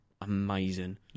Amazing